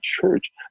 church